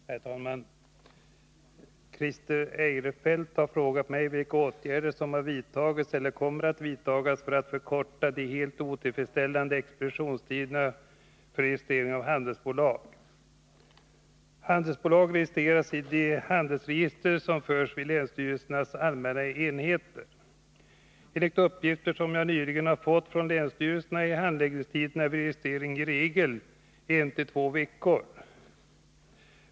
Herr talman! Christer Eirefelt har frågat mig vilka åtgärder som har vidtagits eller kommer att vidtas för att förkorta de helt otillfredsställande expeditionstiderna för registrering av handelsbolag. Handelsbolag registreras i de handelsregister som förs vid länsstyrelsernas allmänna enheter. Enligt uppgifter som jag nyligen har fått från länsstyrelserna är handläggningstiderna vid registrering i regel en till två veckor.